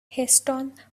heston